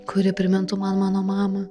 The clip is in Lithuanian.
kuri primintų man mano mamą